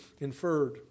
inferred